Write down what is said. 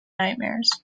nightmares